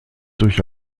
durch